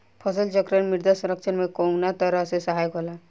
फसल चक्रण मृदा संरक्षण में कउना तरह से सहायक होला?